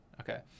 Okay